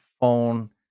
phone